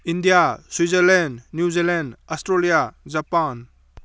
India Switzerland New Zealand Australia Japan